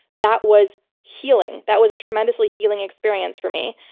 that was healing. that was a tremendously healing experience for me.